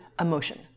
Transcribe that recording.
emotion